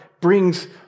brings